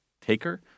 taker